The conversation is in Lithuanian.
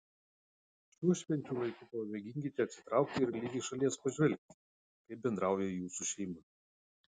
šiuo švenčių laiku pamėginkite atsitraukti ir lyg iš šalies pažvelgti kaip bendrauja jūsų šeima